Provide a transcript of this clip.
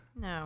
No